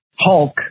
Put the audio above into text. Hulk